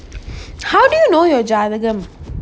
how do you know your java then